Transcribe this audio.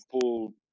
pull